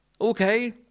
Okay